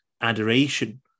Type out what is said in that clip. adoration